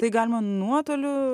tai galima nuotoliu